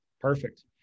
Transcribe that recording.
Perfect